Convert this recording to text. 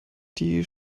die